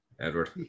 Edward